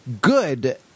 good